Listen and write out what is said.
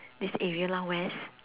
this area lor west